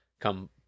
come